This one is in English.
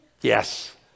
Yes